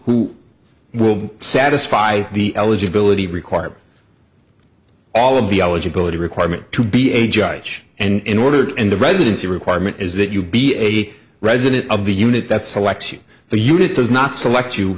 who will satisfy the eligibility requirement all of the eligibility requirement to be a judge and ordered and the residency requirement is that you be a resident of the unit that selects you the unit does not select you